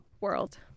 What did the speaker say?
world